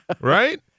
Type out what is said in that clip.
right